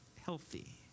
healthy